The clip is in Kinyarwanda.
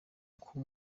uko